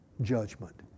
Judgment